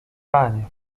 panie